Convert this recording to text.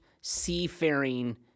seafaring